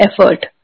effort